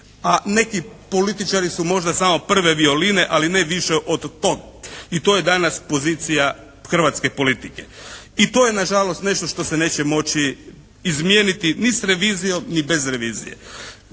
a neki političari su možda samo prve violine, ali ne više od tog. I to je danas pozicija hrvatske politike. I to je nažalost nešto što se neće moći izmijeniti ni s revizijom, ni bez revizije.